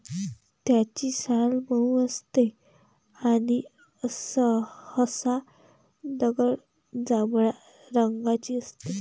त्याची साल मऊ असते आणि सहसा गडद जांभळ्या रंगाची असते